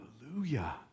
Hallelujah